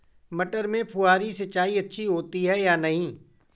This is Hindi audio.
मटर में फुहरी सिंचाई अच्छी होती है या नहीं?